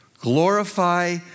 Glorify